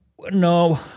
No